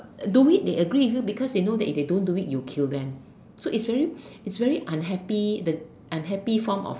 the way they agree with you because they know if they don't do it you'll kill them so its very its very unhappy the unhappy form of